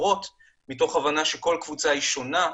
מתוך הבנה שכל קבוצה היא שונה.